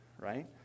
right